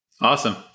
awesome